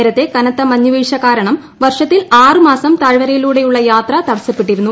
നേരത്തെ കനത്ത മഞ്ഞ് വീഴ്ച കാരണം വർഷത്തിൽ ആറ് മാസം താഴ്വരയിലൂടെയുള്ള യാത്ര തടസ്സപ്പെട്ടിരുന്നു